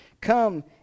come